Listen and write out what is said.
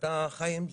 ואתה חי עם זה.